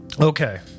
Okay